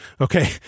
Okay